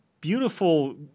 beautiful